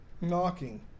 knocking